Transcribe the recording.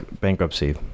bankruptcy